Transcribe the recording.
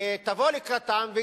יבואו לקראתם.